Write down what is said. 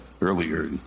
earlier